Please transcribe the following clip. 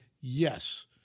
Yes